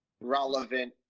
relevant